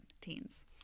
teens